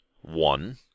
One